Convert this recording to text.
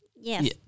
yes